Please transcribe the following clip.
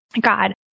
God